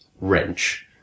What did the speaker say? wrench